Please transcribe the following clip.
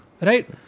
right